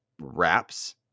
wraps